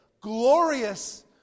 glorious